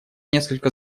несколько